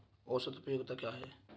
औसत उपयोगिता क्या है?